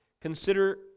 consider